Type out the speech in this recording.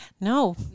No